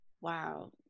wow